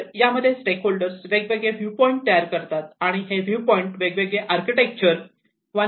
तर यामध्ये stakeholders वेगवेगळे व्यू पॉईंट तयार करतात आणि हे व्ह्यू पॉईंट वेगवेगळे आर्किटेक्चर 1